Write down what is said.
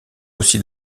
aussi